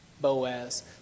Boaz